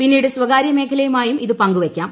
പിന്നീട് സ്വകാര്യ മേഖലയുമായും ഇത് പങ്കുവയ്ക്കാം